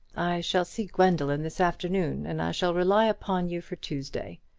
shall see gwendoline this afternoon and i shall rely upon you for tuesday.